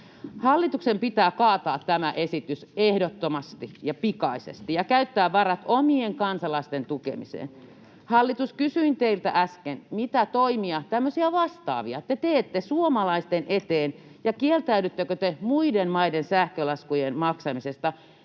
Hallituksen pitää kaataa tämä esitys ehdottomasti ja pikaisesti ja käyttää varat omien kansalaisten tukemiseen. Hallitus, kysyin teiltä äsken, mitä toimia, tämmöisiä vastaavia, te teette suomalaisten eteen. Kieltäydyttekö te muiden maiden sähkölaskujen maksamisesta?